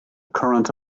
current